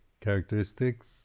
characteristics